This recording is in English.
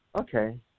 Okay